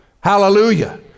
Hallelujah